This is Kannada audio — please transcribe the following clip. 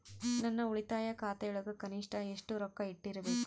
ನನ್ನ ಉಳಿತಾಯ ಖಾತೆಯೊಳಗ ಕನಿಷ್ಟ ಎಷ್ಟು ರೊಕ್ಕ ಇಟ್ಟಿರಬೇಕು?